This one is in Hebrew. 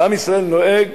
ועם ישראל נוהג